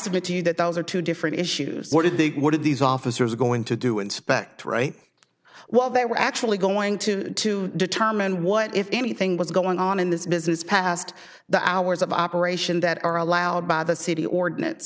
submit to you that those are two different issues what are these officers going to do inspect write while they were actually going to determine what if anything was going on in this business past the hours of operation that are allowed by the city ordinance